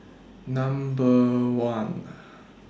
Number one